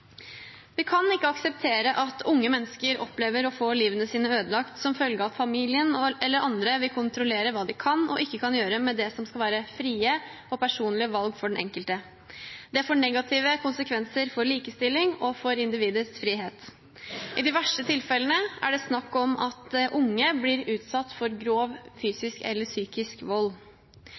Vi kan ikke akseptere at unge mennesker opplever å få livet sitt ødelagt som følge av at familien eller andre vil kontrollere hva de kan – og ikke kan – gjøre når det gjelder det som skal være frie og personlige valg for den enkelte. Det får negative konsekvenser for likestilling og for individets frihet. I de verste tilfellene er det snakk om at unge blir utsatt for grov fysisk eller psykisk vold.